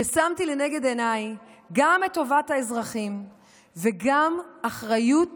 ששמתי לנגד עיניי גם את טובת האזרחים וגם אחריות